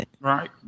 Right